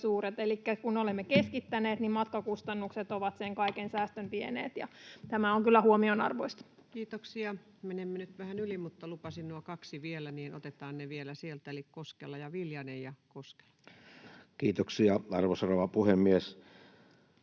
suuret. Elikkä kun olemme keskittäneet, niin matkakustannukset ovat sen kaiken säästön vieneet. Tämä on kyllä huomionarvoista. Kiitoksia. — Menemme nyt vähän yli, mutta kun lupasin nuo kaksi vielä, niin otetaan ne vielä sieltä eli Koskela ja Viljanen. — Koskela. Kiitoksia, arvoisa rouva puhemies!